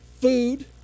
food